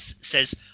says